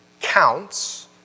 counts